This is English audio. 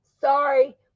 Sorry